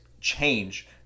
change